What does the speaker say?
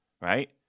right